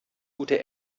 gute